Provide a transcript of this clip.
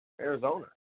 Arizona